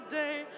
day